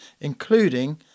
including